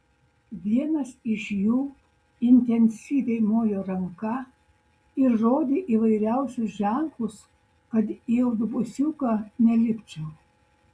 vienas iš jų intensyviai mojo ranka ir rodė įvairiausius ženklus kad į autobusiuką nelipčiau